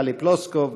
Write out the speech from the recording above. טלי פלוסקוב,